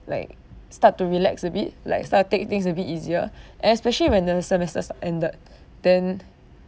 like start to relax a bit like start to take things a bit easier and especially when the semester start and the then